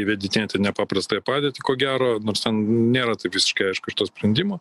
įvedinėti nepaprastąją padėtį ko gero nors ten nėra taip visiškai aišku iš to sprendimo